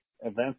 events